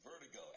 vertigo